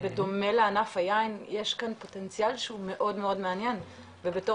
בדומה לענף היין יש כאן פוטנציאל שהוא מאוד מעניין ובתור